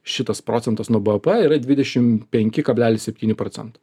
šitas procentas nuo bvp yra dvidešim penki kablelis septyni procento